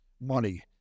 money